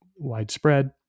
widespread